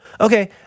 okay